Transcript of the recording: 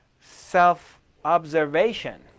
self-observation